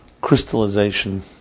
crystallization